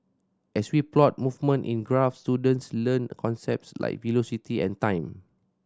as we plot movement in graphs students learn concepts like velocity and time